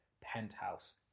penthouse